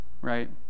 right